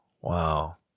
wow